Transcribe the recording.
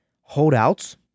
holdouts